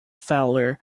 fowler